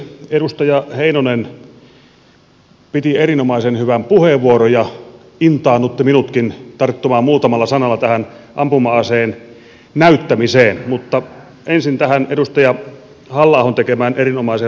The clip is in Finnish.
edustaja heinonen käytti erinomaisen hyvän puheenvuoron ja intaannutti minutkin tarttumaan muutamalla sanalla tähän ampuma aseen näyttämiseen mutta ensin tähän edustaja halla ahon tekemään erinomaiseen lakiesitykseen